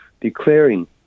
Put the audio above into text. declaring